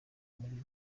muri